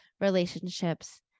relationships